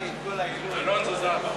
גלאון זו זהבה.